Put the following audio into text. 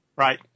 Right